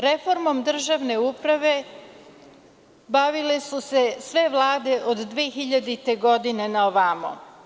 Reformom državne uprave bavile su se sve vlade od 2000. godine na ovamo.